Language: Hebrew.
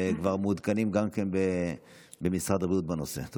וכבר מעודכנים בנושא גם במשרד הבריאות.